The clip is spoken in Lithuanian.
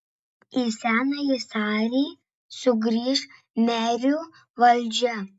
į senąjį sarį sugrįš merių valdžia